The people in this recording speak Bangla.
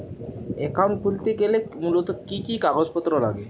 অ্যাকাউন্ট খুলতে গেলে মূলত কি কি কাগজপত্র লাগে?